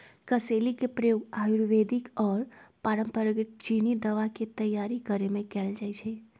कसेली के प्रयोग आयुर्वेदिक आऽ पारंपरिक चीनी दवा के तइयार करेमे कएल जाइ छइ